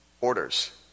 orders